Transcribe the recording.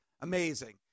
Amazing